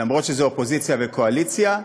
למרות שזה אופוזיציה וקואליציה.